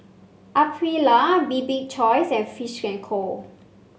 Aprilia Bibik choice and Fish and Co